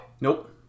Nope